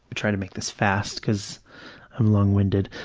but trying to make this fast because i'm long-winded,